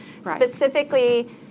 specifically